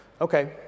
Okay